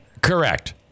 Correct